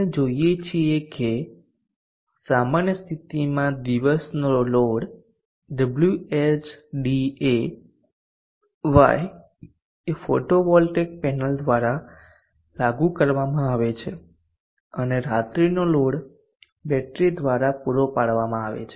આપણે જોઈએ છીએ કે સામાન્ય સ્થિતિમાં દિવસનો લોડ Whday એ ફોટોવોલ્ટેઇક પેનલ દ્વારા લાગુ કરવામાં આવે છે અને રાત્રિનો લોડ બેટરી દ્વારા પૂરો પાડવામાં આવે છે